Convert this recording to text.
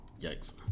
Yikes